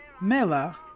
Mela